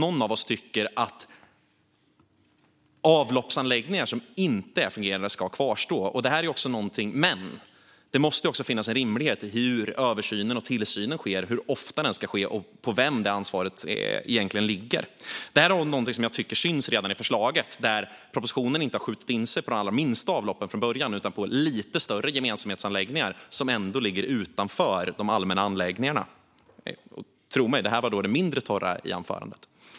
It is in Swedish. Ingen av oss tycker att avloppsanläggningar som inte är fungerande ska kvarstå, men det måste finnas en rimlighet i hur översynen och tillsynen sker, hur ofta detta ska ske och på vem det ansvaret egentligen ligger. Det här är någonting som jag tycker syns redan i förslaget där propositionen inte har skjutit in sig på de allra minsta avloppen från början utan på lite större gemensamhetsanläggningar som ändå ligger utanför de allmänna anläggningarna. Tro mig, det här var det mindre torra i anförandet.